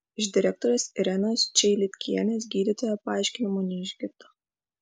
iš direktorės irenos čeilitkienės gydytoja paaiškinimo neišgirdo